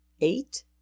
Eight